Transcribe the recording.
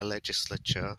legislature